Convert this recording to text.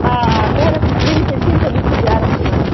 آ آ تور ہیٚکو أسۍ رٔنِتھ تہِ آرام سان